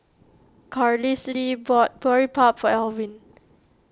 Carlisle bought Boribap for Alwin